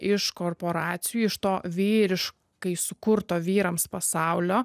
iš korporacijų iš to vyriškai sukurto vyrams pasaulio